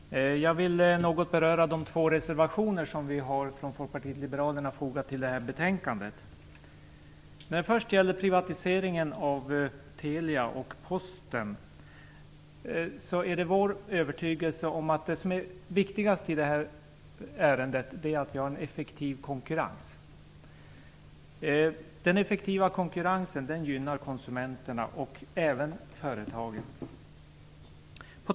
Fru talman! Jag vill något beröra de två reservationer som Folkpartiet liberalerna har fogat till detta betänkande. När det gäller privatiseringen av Telia och Posten är det vår övertygelse att det viktigaste är att vi har en effektiv konkurrens. En effektiv konkurrens gynnar konsumenterna och även företagen.